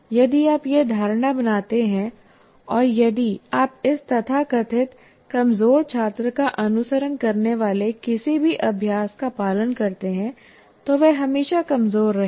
यदि आप यह धारणा बनाते हैं और यदि आप इस तथाकथित कमज़ोर छात्र का अनुसरण करने वाले किसी भी अभ्यास का पालन करते हैं तो वह हमेशा कमज़ोर रहेगा